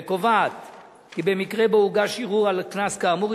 וקובעת כי במקרה שבו הוגש ערעור על קנס כאמור,